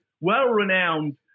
well-renowned